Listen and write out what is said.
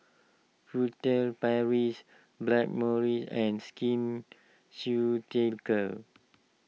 Furtere Paris Blackmores and Skin Ceuticals